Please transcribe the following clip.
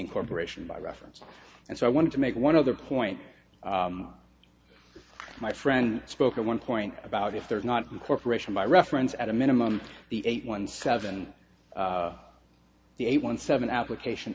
incorporation by reference and so i wanted to make one other point my friend spoke at one point about if there is not incorporation by reference at a minimum the eight one seven eight one seven application